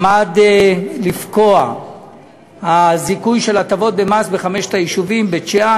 עמד לפקוע הזיכוי של הטבות במס בחמשת היישובים בית-שאן,